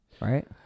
right